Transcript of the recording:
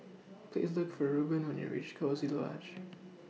Please Look For Reubin when YOU REACH Coziee Lodge